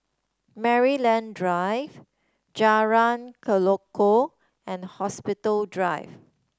Maryland Drive Jalan Tekukor and Hospital Drive